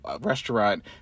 restaurant